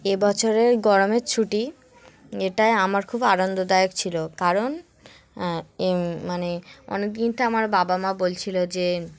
এবছরের গরমের ছুটি এটাই আমার খুব আনন্দদায়ক ছিল কারণ মানে অনেকদিন থেকে আমার বাবা মা বলছিলো যে